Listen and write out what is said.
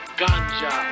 ganja